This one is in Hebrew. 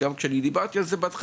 גם כאשר אני דיברתי על זה בהתחלה,